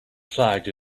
flagged